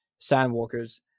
sandwalkers